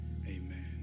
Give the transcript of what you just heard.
amen